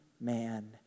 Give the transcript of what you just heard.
man